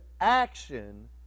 action